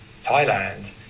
Thailand